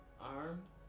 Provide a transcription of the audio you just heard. arms